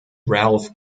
ralph